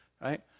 right